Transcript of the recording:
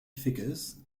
figures